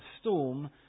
storm